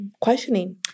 questioning